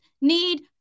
need